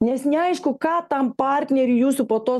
nes neaišku ką tam partneriui jūsų po to